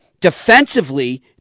defensively